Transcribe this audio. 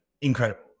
incredible